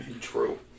True